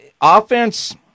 offense